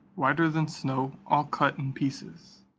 whiter than snow, all cut in pieces.